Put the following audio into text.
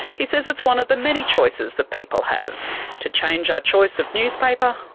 he says it's one of the many choices that people have to change our choice of newspaper, or,